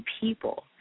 people